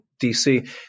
DC